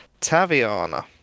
Taviana